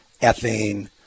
ethane